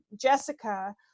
Jessica